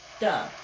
duh